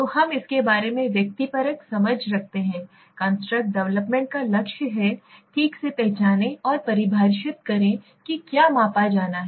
तो हम इसके बारे में व्यक्तिपरक समझ रखते हैं कंस्ट्रक्ट डेवलपमेंट का लक्ष्य है ठीक से पहचानें और परिभाषित करें कि क्या मापा जाना है